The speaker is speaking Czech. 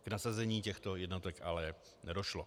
K nasazení těchto jednotek ale nedošlo.